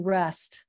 rest